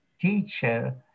teacher